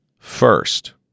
first